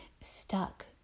stuck